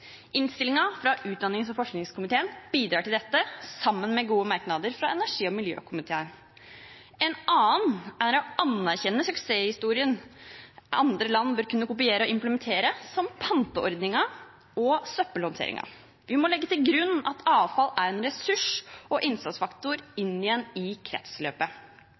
fra utdannings- og forskningskomiteen bidrar – sammen med gode merknader fra energi- og miljøkomiteen – til dette. En annen nøkkel er å anerkjenne suksesshistorier som andre land bør kunne kopiere og implementere, som panteordningen og søppelhåndteringen. Vi må legge til grunn at avfall er en ressurs og en innsatsfaktor inn igjen i kretsløpet.